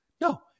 No